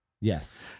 yes